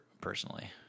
personally